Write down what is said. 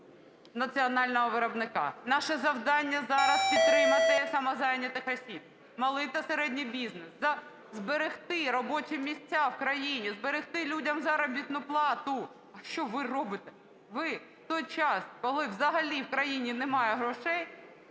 національного виробника. Наше завдання зараз - підтримати самозайнятих осіб, малий та середній бізнес, зберегти робочі місця в країні, зберегти людям заробітну плату. Що ви робите! Ви в той час, коли взагалі в країні немає грошей,